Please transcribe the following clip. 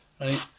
right